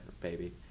baby